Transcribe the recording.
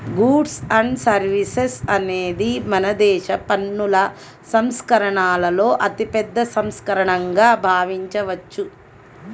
goods and services అనేది మనదేశ పన్నుల సంస్కరణలలో అతిపెద్ద సంస్కరణగా భావించవచ్చు